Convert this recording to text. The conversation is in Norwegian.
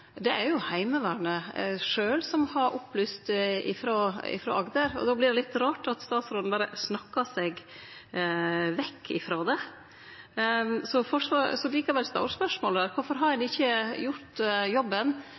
er jo reelle. Dette er det Heimevernet sjølv som har opplyst frå Agder. Då vert det litt rart at statsråden berre snakkar seg vekk frå det. Likevel står spørsmålet der: Kvifor har ein ikkje gjort jobben,